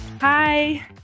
hi